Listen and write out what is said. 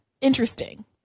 interesting